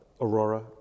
aurora